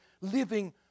living